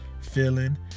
feeling